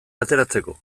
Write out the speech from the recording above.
ateratzeko